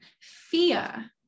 fear